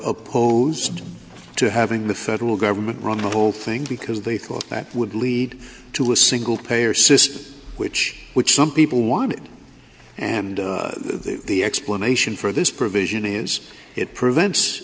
opposed to having the federal government run the whole thing because they thought that would lead to a single payer system which which some people wanted and the explanation for this provision is